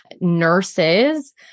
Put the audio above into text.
nurses